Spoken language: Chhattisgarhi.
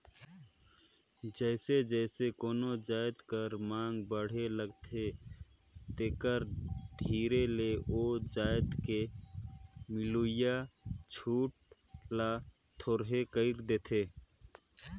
जइसे जइसे कोनो जाएत कर मांग बढ़े लगथे तेकर धीरे ले ओ जाएत में मिलोइया छूट ल थोरहें कइर देथे